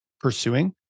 pursuing